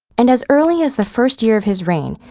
and as early as the first year of his reign,